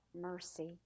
mercy